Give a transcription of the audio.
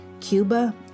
Cuba